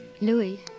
Louis